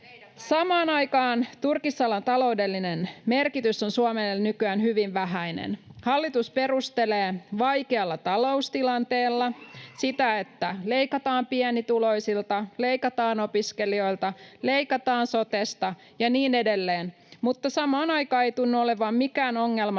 Samaan aikaan turkisalan taloudellinen merkitys on Suomelle nykyään hyvin vähäinen. Hallitus perustelee ”vaikealla taloustilanteella” sitä, että leikataan pienituloisilta, leikataan opiskelijoilta, leikataan sotesta ja niin edelleen, mutta samaan aikaan ei tunnu olevan mikään ongelma,